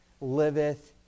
liveth